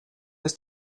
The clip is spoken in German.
ist